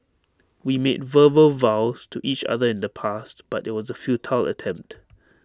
we made verbal vows to each other in the past but IT was A futile attempt